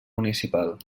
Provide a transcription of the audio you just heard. municipal